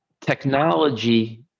technology